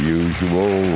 usual